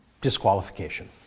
disqualification